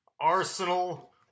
Arsenal